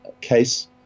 case